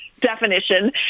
definition